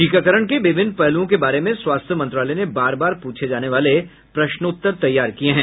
टीकाकरण के विभिन्न पहलुओं के बारे में स्वास्थ मंत्रालय ने बार बार प्रछे जाने वाले प्रश्नोत्तर तैयार किये हैं